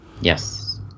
Yes